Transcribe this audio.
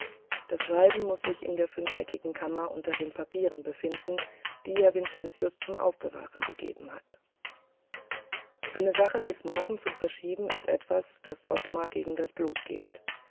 das schreiben muß sich in der fünfeckigen kammer unter den papieren befinden die er vincentius zum aufbewahren gegeben hat eine sache bis morgen zu verschieben ist etwas das ottmar gegen das blut geht